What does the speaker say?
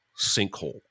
sinkhole